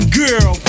girl